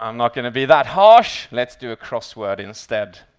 um not going to be that harsh. let's do a crossword instead.